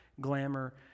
glamour